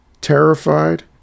Terrified